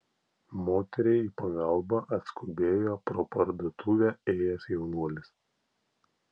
moteriai į pagalbą atskubėjo pro parduotuvę ėjęs jaunuolis